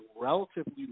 relatively